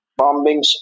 bombings